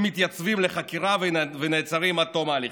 מתייצבים לחקירה ונעצרים עד תום ההליכים.